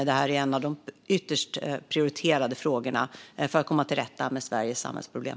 Det här är en av de ytterst prioriterade frågorna för att komma till rätta med Sveriges samhällsproblem.